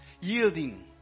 yielding